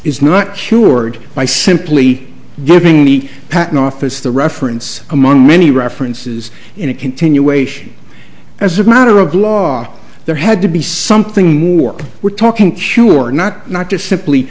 is not cured by simply giving the patent office the reference among many references in a continuation as a matter of law there had to be something work we're talking sure not not just simply